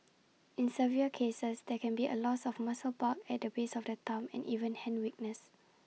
in severe cases there can be A loss of muscle bulk at the base of the thumb and even hand weakness